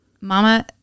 Mama